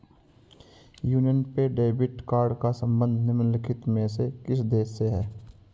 Union पे debit card का संबंध निम्नलिखित में से किस देश से है?